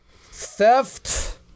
theft